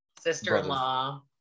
sister-in-law